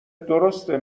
درسته